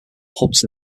hubs